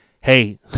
Hey